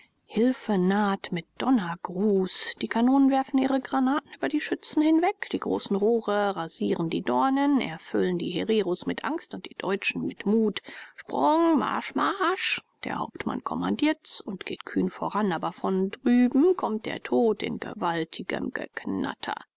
hilfe naht mit donnergruß die kanonen werfen ihre granaten über die schützen hinweg die großen rohre rasieren die dornen erfüllen die hereros mit angst und die deutschen mit mut sprung marsch marsch der hauptmann kommandiert's und geht kühn voran aber von drüben kommt der tod in gewaltigem geknatter